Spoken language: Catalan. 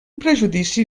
prejudici